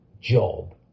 job